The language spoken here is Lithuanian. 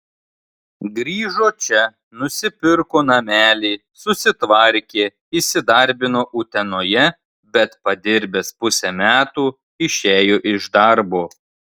grįžo čia nusipirko namelį susitvarkė įsidarbino utenoje bet padirbęs pusę metų išėjo iš darbo